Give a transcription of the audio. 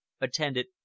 attended